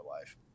life